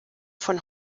von